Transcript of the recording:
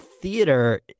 theater